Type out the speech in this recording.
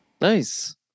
nice